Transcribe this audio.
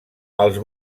els